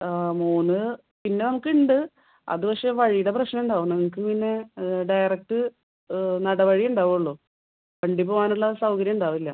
ആ മൂന്ന് പിന്നെ നമുക്കുണ്ട് അത് പക്ഷെ വഴിയുടെ പ്രശ്നമുണ്ടാവും നിങ്ങൾക്ക് പിന്നെ ഡയറക്റ്റ് നടവഴി ഉണ്ടാവുള്ളൂ വണ്ടി പോവാനുള്ള സൗകര്യം ഉണ്ടാവില്ല